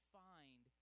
find